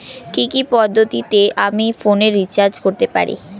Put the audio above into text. কি কি পদ্ধতিতে আমি ফোনে রিচার্জ করতে পারি?